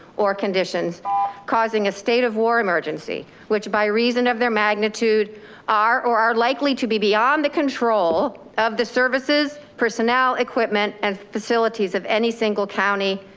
or conditions causing a state of war emergency, which by reason of their magnitude are, or are likely to be beyond the control of the services, personnel, equipment and facilities of any single county,